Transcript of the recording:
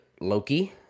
Loki